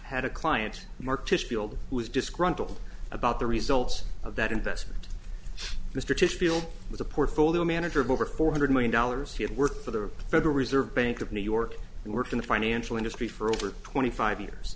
had a client marcus field who was disgruntled about the results of that investment mr fyshe field with a portfolio manager of over four hundred million dollars he had worked for the federal reserve bank of new york and worked in the financial industry for over twenty five years